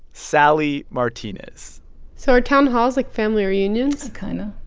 sally martinez so are town halls like family reunions? kind of